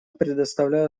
предоставляю